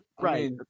right